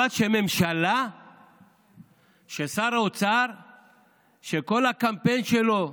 אבל ממשלה ששר האוצר שכל הקמפיין שלו,